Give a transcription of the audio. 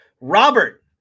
Robert